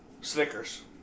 Snickers